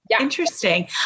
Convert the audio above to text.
interesting